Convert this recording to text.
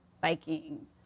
biking